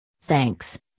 Thanks